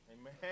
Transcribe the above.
Amen